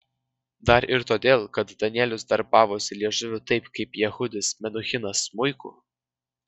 dar ir todėl kad danielius darbavosi liežuviu taip kaip jehudis menuhinas smuiku